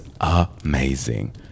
amazing